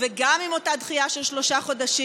גם עם אותה דחייה של שלושה חודשים,